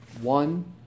One